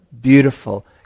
Beautiful